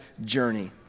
journey